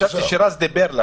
חשבתי שרז דיבר.